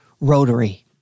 Rotary